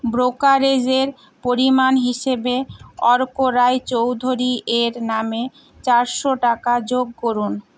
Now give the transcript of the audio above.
ব্রোকারেজের পরিমাণ হিসেবে অর্ক রায়চৌধুরী এর নামে চারশো টাকা যোগ করুন